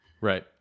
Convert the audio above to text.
Right